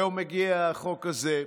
היום הגיע החוק הזה,